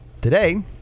today